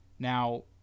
Now